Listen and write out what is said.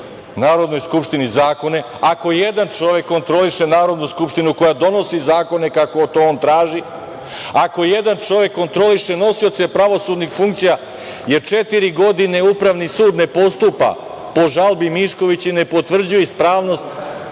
Narodnoj skupštini zakone, ako jedan čovek kontroliše Narodnu skupštinu koja donosi zakone kako on traži, ako jedan čovek kontroliše nosioce pravosudnih funkcija jer četiri godine Upravni sud ne postupa po žalbi Miškovića i ne potvrđuje ispravnost